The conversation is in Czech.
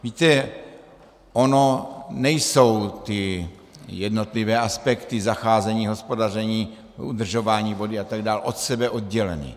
Víte, ono nejsou ty jednotlivé aspekty zacházení, hospodaření, udržování vody a tak dále, od sebe odděleny.